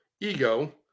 Ego